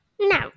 No